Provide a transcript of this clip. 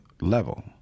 level